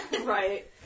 Right